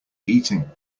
eating